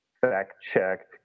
fact-checked